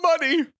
money